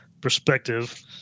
perspective